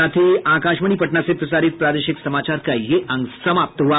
इसके साथ ही आकाशवाणी पटना से प्रसारित प्रादेशिक समाचार का ये अंक समाप्त हुआ